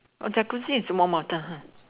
on Jacuzzi is warm water